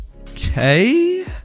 Okay